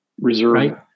reserve